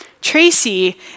Tracy